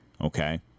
Okay